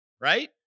right